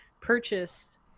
purchase